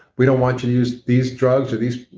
we don't want you to use these drugs or these.